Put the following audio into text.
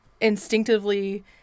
instinctively